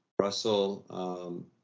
Russell